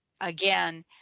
again